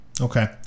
okay